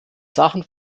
sachen